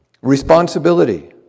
Responsibility